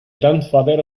grandfather